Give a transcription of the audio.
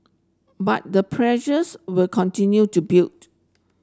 but the pressures will continue to build